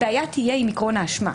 הבעיה תהיה עם עיקרון האשמה.